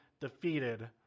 defeated